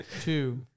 two